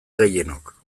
gehienok